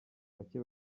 bake